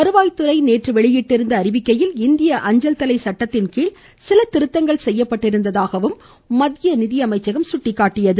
வருவாய்துறை நேற்று வெளியிட்டிருந்த அறிவிக்கையில் இந்திய அஞ்சல் தலை சட்டத்தின்கீழ்தான் சில திருத்தங்கள் செய்யப்பட்டிருந்ததாகவும் மத்திய நிதியமைச்சகம் தெளிவுபடுத்தியுள்ளது